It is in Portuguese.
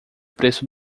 preço